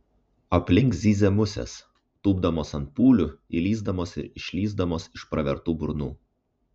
aplink zyzė musės tūpdamos ant pūlių įlįsdamos ir išlįsdamos iš pravertų burnų